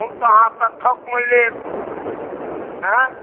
हम तऽ अहाँसँ थौकमे लेब ऐ